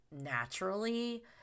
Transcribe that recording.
naturally